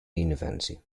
infancy